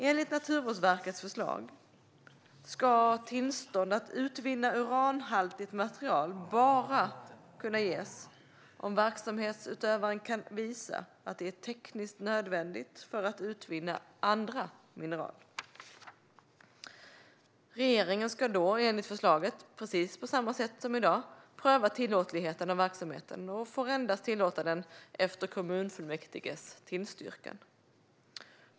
Enligt Naturvårdsverkets förslag ska tillstånd att utvinna uranhaltigt material bara kunna ges om verksamhetsutövaren kan visa att det är tekniskt nödvändigt för att kunna utvinna andra mineraler. Regeringen ska då enligt förslaget, på samma sätt som i dag, pröva tillåtligheten av verksamheten och får endast tillåta den efter kommunfullmäktiges tillstyrkan.